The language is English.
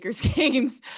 games